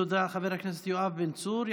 תודה, חבר הכנסת יואב בן צור.